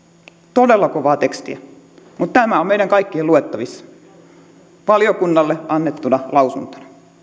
todella kovaa tekstiä mutta tämä on meidän kaikkien luettavissa valiokunnalle annettuna